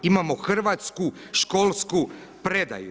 Imamo hrvatsku školsku predaju.